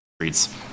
Streets